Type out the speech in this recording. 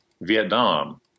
Vietnam